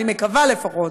אני מקווה לפחות,